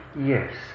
Yes